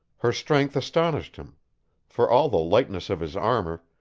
her strength astonished him for all the lightness of his armor,